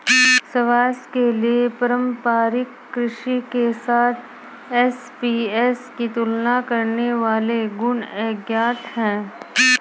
स्वास्थ्य के लिए पारंपरिक कृषि के साथ एसएपीएस की तुलना करने वाले गुण अज्ञात है